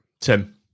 Tim